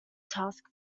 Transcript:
task